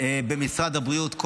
כל העת במשרד הבריאות.